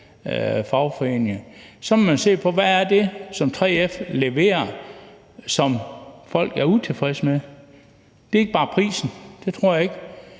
fagforening. Og så må man se på, hvad det er, som 3F leverer, og som folk er utilfredse med. Det er ikke bare prisen, det tror jeg ikke.